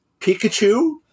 Pikachu